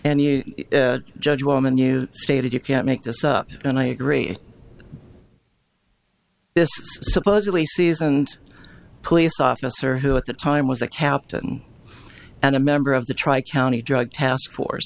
and you judge woman you stated you can't make this up and i agree this supposedly seasoned police officer who at the time was a captain and a member of the tri county drug task for